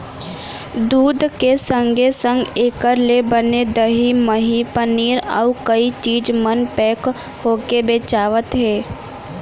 दूद के संगे संग एकर ले बने दही, मही, पनीर, अउ कई चीज मन पेक होके बेचावत हें